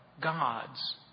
God's